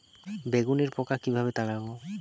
বেগুনের পোকা কিভাবে তাড়াব?